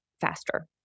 faster